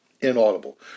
inaudible